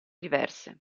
diverse